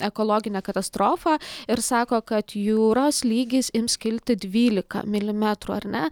ekologinę katastrofą ir sako kad jūros lygis ims kilti dvylika milimetrų ar ne